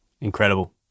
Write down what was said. Incredible